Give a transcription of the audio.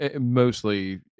mostly